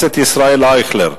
חבר הכנסת ישראל אייכלר.